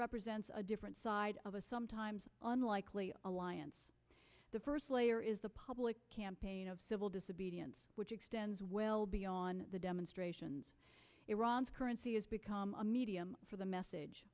represents a different side of a sometimes unlikely alliance the first layer is the public campaign of civil disobedience which extends well beyond the demonstrations iran's currency has become a medium for the message